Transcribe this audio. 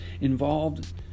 involved